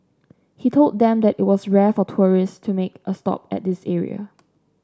he told them that it was rare for tourists to make a stop at this area